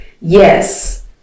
yes